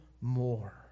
more